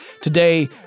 Today